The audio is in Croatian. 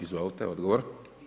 Izvolite, odgovor.